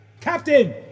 Captain